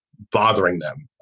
bothering them.